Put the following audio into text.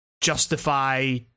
justify